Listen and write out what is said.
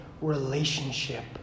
relationship